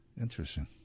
Interesting